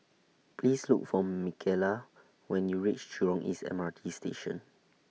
Please Look For Micaela when YOU REACH Jurong East M R T Station